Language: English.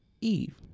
Eve